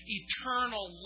eternal